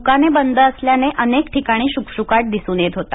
द्काने बंद असल्याने अनेक ठिकाणी शुकशुकाट दिसुन येत होता